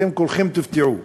אתם כולכם תופתעו.